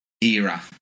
era